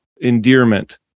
endearment